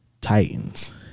Titans